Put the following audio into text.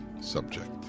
subject